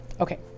Okay